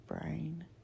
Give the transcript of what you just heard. brain